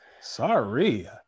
Sorry